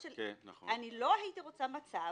אני לא הייתי רוצה מצב